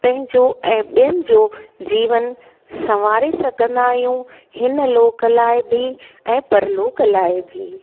पंहिंजो ऐं ॿियनि जो जीवन संवारे सघंदा आहियूं हिन लोक लाइ बि ऐं परलोक लाइ बि